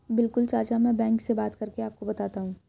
बिल्कुल चाचा में बैंक से बात करके आपको बताता हूं